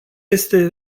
este